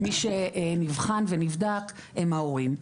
מי שנבחן ונבדק הם ההורים.